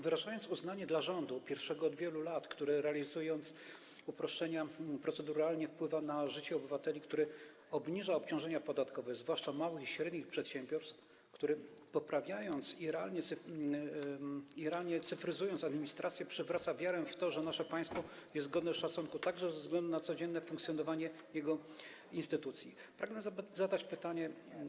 Wyrażając uznanie dla rządu, pierwszego od wielu lat, który wpływa, realizując uproszczenia proceduralne, na życie obywateli, który obniża obciążenia podatkowe, zwłaszcza małych i średnich przedsiębiorstw, który przywraca, poprawiając i realnie cyfryzując administrację, wiarę w to, że nasze państwo jest godne szacunku także ze względu na codzienne funkcjonowanie jego instytucji, pragnę zadać pytanie.